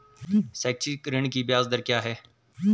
शैक्षिक ऋण की ब्याज दर क्या है?